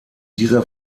dieser